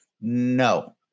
No